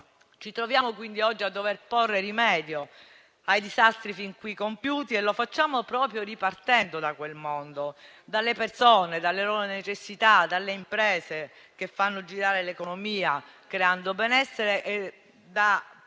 Ci troviamo quindi oggi a dover porre rimedio ai disastri fin qui compiuti e lo facciamo proprio ripartendo da quel mondo, dalle persone, dalle loro necessità, dalle imprese che fanno girare l'economia, creando benessere, con